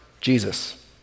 Jesus